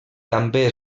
també